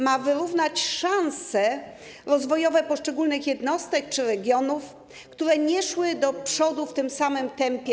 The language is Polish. Ma wyrównać szanse rozwojowe poszczególnych jednostek czy regionów, które dotąd nie szły do przodu w tym samym tempie.